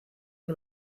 que